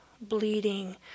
bleeding